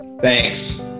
Thanks